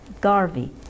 Garvey